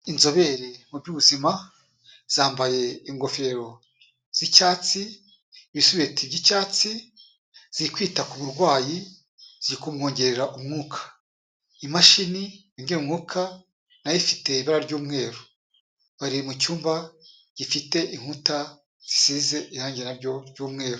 Inzobere mu by'ubuzima zambaye ingofero z'icyatsi, ibisarubeti by'icyatsi ziri kwita ku murwayi ziri kumwongerera umwuka. Imashini yongera umwuka na yo ifite ibara ry'umweru bari mu cyumba gifite inkuta zisize irangi na ryo ry'umweru.